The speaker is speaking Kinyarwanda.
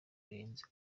bihenze